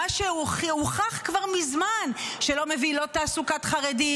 מה שהוכח כבר מזמן שלא מביא לא תעסוקת חרדים,